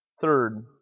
Third